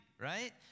right